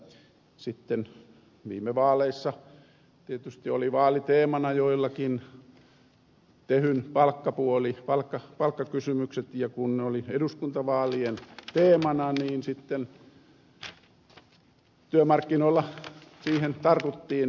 sitten viime vaaleissa tietysti oli vaaliteemana joillakin tehyn palkkakysymykset ja kun ne olivat eduskuntavaalien teemana niin sitten työmarkkinoilla siihen tartuttiin